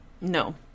No